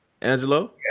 Angelo